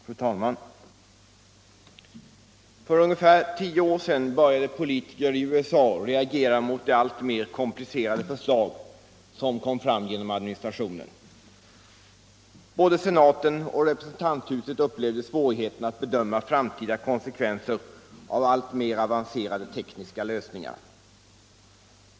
Fru talman! För ungefär tio år sedan började politiker i USA reagera mot de alltmer komplicerade förslag som kom fram genom administrationen. Både senaten och representanthuset upplevde svårigheterna att bedöma framtida konsekvenser av alltmer avancerade tekniska lösningar.